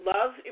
Love